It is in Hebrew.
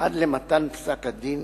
עד למתן פסק-הדין